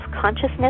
consciousness